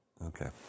okay